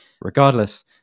regardless